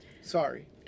Sorry